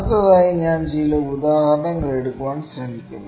അടുത്തതായി ഞാൻ ചില ഉദാഹരണങ്ങൾ എടുക്കാൻ ശ്രമിക്കും